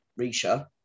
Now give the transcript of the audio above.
Risha